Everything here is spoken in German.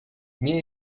mir